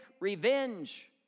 revenge